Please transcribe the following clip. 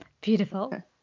Beautiful